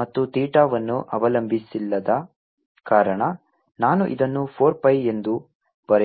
ಮತ್ತು ಥೀಟಾವನ್ನು ಅವಲಂಬಿಸಿಲ್ಲದ ಕಾರಣ ನಾನು ಇದನ್ನು 4 pi ಎಂದು ಬರೆಯಬಹುದು